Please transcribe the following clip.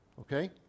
okay